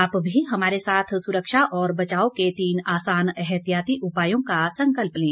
आप भी हमारे साथ सुरक्षा और बचाव के तीन आसान एहतियाती उपायों का संकल्प लें